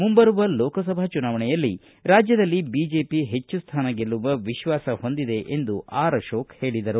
ಮುಂಬರುವ ಲೋಕಸಭಾ ಚುನಾವಣೆಯಲ್ಲಿ ಕಾಜ್ಯದಲ್ಲಿ ಬಿಜೆಪಿ ಹೆಚ್ಚು ಸ್ಥಾನ ಗೆಲ್ಲುವ ವಿಶ್ವಾಸ ಹೊಂದಿದೆ ಎಂದು ಆಶೋಕ ಹೇಳಿದರು